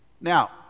now